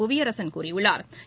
புவியரசன் கூறியுள்ளா்